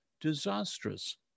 disastrous